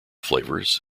flavors